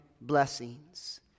blessings